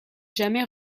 jamais